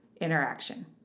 interaction